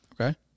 Okay